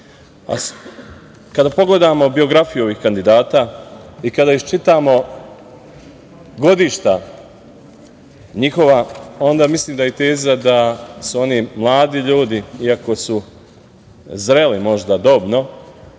pogledamo biografiju ovih kandidata i kada iščitamo godišta njihova, onda mislim da teza da su oni mladi ljudi, iako su zreli možda dobno,